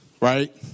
Right